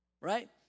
right